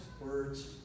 Words